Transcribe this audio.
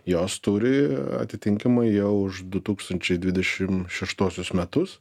jos turi atitinkamai jau už du tūkstančiai dvidešimt šeštuosius metus